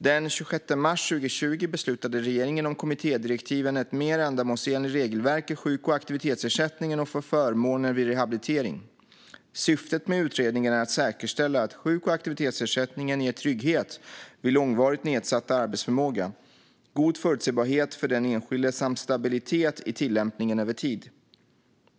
Den 26 mars 2020 beslutade regeringen om kommittédirektiven Ett mer ändamålsenligt regelverk i sjuk och aktivitetsersättningen och för förmåner vid rehabilitering . Syftet med utredningen är att säkerställa att sjuk och aktivitetsersättningen ger trygghet vid långvarigt nedsatt arbetsförmåga, god förutsebarhet för den enskilde samt stabilitet i tillämpningen över tid.